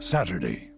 Saturday